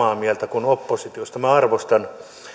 kuin oppositio minä arvostan